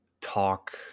talk